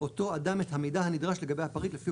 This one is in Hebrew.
אותו אדם את המידע הנדרש לגבי הפריט לפי